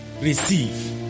receive